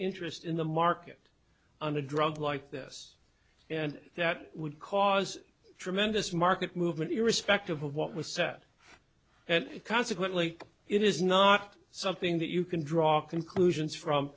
interest in the market on a drug like this and that would cause tremendous market movement irrespective of what was said and consequently it is not something that you can draw conclusions from